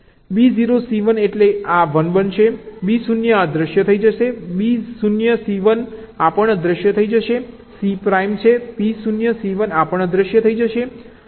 B 0 C 1 એટલે આ 1 બનશે B 0 આ અદૃશ્ય થઈ જશે B 0 C 1 આ પણ અદૃશ્ય થઈ જશે C પ્રાઇમ છે B 0 C 1 આ પણ અદૃશ્ય થઈ જશે